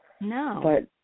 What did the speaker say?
No